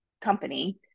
company